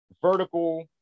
vertical